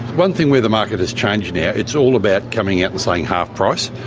one thing where the market is change now, it's all about coming out and saying half price.